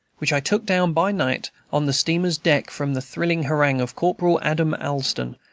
which i took down by night on the steamer's deck from the thrilling harangue of corporal adam allston,